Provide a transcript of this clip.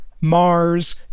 Mars